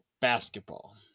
basketball